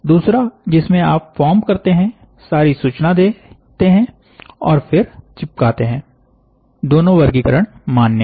दूसरा जिसमें आप फॉर्म करते हैं सारी सूचना देते हैं और फिर चिपकाते हैं दोनों वर्गीकरण मान्य है